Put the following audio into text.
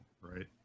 right